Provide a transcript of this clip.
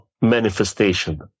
manifestation